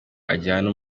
ajyana